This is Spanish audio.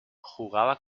jugaba